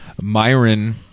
Myron